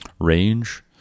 range